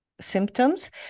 symptoms